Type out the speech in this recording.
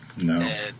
No